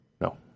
No